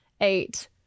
eight